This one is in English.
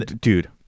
dude